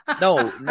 No